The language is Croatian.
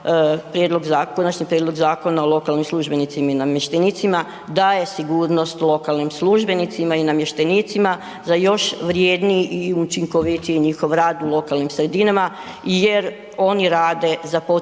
prijedlog Zakona o lokalnim službenicima i namještenicima daje sigurnost lokalnim službenicima i namještenicima za još vrjedniji i učinkovitiji njihov rad u lokalnim sredinama jer oni rade za potrebe